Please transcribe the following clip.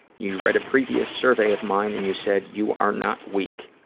you read a previous survey of mine and you said, you are not weak,